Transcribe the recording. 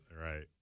Right